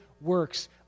works